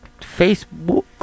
Facebook